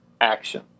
action